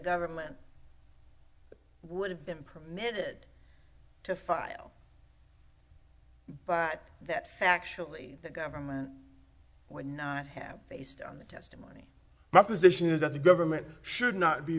government would have been permitted to file but that actually the government would not have based on the testimony my position is that the government should not be